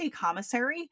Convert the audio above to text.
Commissary